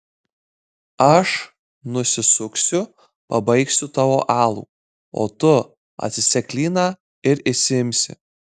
aš nusisuksiu pabaigsiu tavo alų o tu atsisek klyną ir išsiimsi